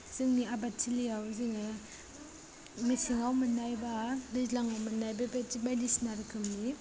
जोंनि आबाद थिलियाव जोङो मेसेङाव मोननाय बा दैज्लाङाव मोननाय बेबायदि बायदिसिना रोखोमनि